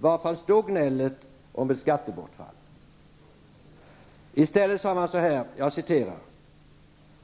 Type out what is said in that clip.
Var fanns då gnället om ett skattebortfall? Man sade: